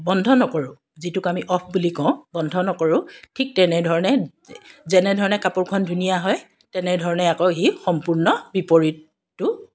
বন্ধ নকৰোঁ যিটোক আমি অফ বুলি কওঁ বন্ধ নকৰোঁ ঠিক তেনেধৰণে যেনেধৰণে কাপোৰখন ধুনীয়া হয় তেনেদৰে আকৌ ই সম্পূৰ্ণ বিপৰীতটো